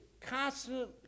constantly